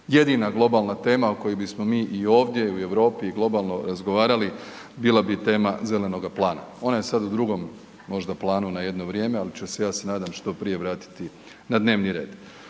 jedina globalna tema o kojoj bismo mi ovdje i u Europi globalno razgovarali, bila bi tema zelenog plana. Ona je sada u drugom možda planu na jedno vrijeme ali će se ja se nadam što prije vratiti na dnevni red.